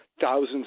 thousands